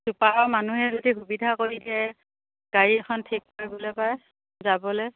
চুপাৰৰ মানুহে যদি সুবিধা কৰি দিয়ে গাড়ী এখন ঠিক কৰিবলৈ পাৰে যাবলৈ